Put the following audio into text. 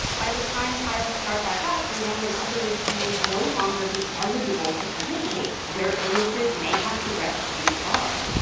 by the time trials start back up, rene and others may no longer be eligible to participate. their illnesses may have progressed too far